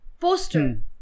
Poster